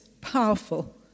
powerful